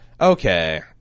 Okay